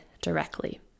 directly